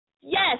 Yes